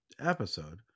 episode